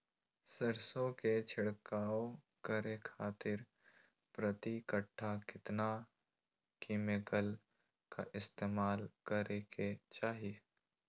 सरसों के छिड़काव करे खातिर प्रति कट्ठा कितना केमिकल का इस्तेमाल करे के चाही?